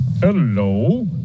Hello